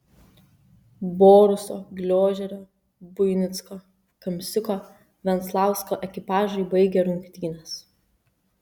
boruso gliožerio buinicko kamsiuko venslausko ekipažai baigė rungtynes